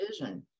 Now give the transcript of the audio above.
vision